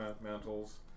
mantles